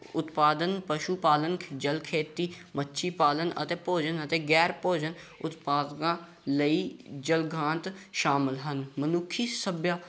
ਉਤਪਾਦਨ ਪਸ਼ੂ ਪਾਲਣ ਜਲ ਖੇਤੀ ਮੱਛੀ ਪਾਲਣ ਅਤੇ ਭੋਜਨ ਅਤੇ ਗੈਰ ਭੋਜਨ ਉਤਪਾਦਕਾਂ ਲਈ ਜਲ ਗਾਂਤ ਸ਼ਾਮਿਲ ਹਨ ਮਨੁੱਖੀ ਸੱਭਿਅਤਾ